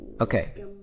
Okay